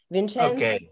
Vincenzo